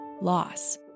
loss